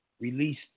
released